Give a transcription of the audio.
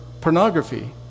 pornography